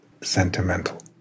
sentimental